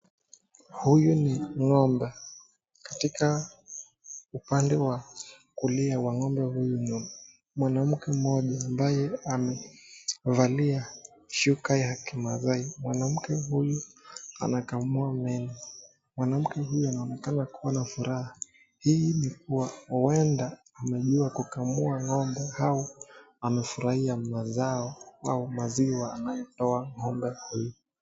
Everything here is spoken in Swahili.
Huyu ni ngombe. Katika upande wa kulia wa ng'ombe huyu ni mwanamke mmoja ambaye amevalia shuka ya kimasai. Mwanamke huyu anakamua ng'ombe. Mwanamke huyu anaonekana kuwa na furaha. Hii ni kuwa huenda amejua kukamua ng'ombe ama amefurahia mazao au maziwa anayotoa ng'ombe huyu.